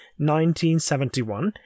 1971